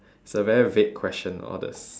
it's a very vague question all this